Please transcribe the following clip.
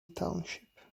township